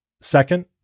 Second